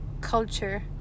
culture